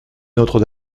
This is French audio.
notre